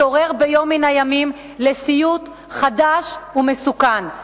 יתעורר ביום מן הימים לסיוט חדש ומסוכן.